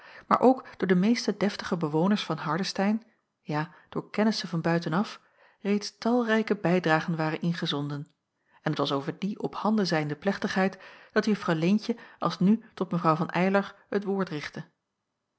maar ook door de meeste deftige bewoners van hardestein ja door kennissen van buiten af reeds talrijke bijdragen waren ingezonden en het was over die ophanden zijnde plechtigheid dat juffrouw leentje alsnu tot mevrouw van eylar het woord richtte